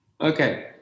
Okay